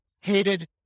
hated